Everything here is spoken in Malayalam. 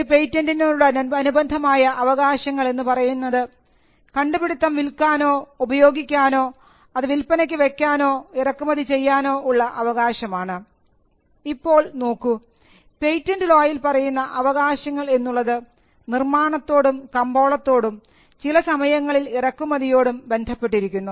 ഒരു പേറ്റന്റിനോടനുബന്ധമായ അവകാശങ്ങൾ എന്ന് പറയുന്നത് കണ്ടുപിടുത്തം വിൽക്കാനോ ഉപയോഗിക്കാനോ അത് വിൽപ്പനയ്ക്ക് വെക്കാനോ ഇറക്കുമതി ചെയ്യാനോ ഉള്ള അവകാശമാണ് ഇപ്പോൾ നോക്കൂ പേറ്റന്റ് ലോയിൽ നമ്മൾ പറയുന്ന അവകാശങ്ങൾ എന്നുള്ളത് നിർമ്മാണത്തോടും കമ്പോളത്തോടും ചില സമയങ്ങളിൽ ഇറക്കുമതിയോടും ബന്ധപ്പെട്ടിരിക്കുന്നു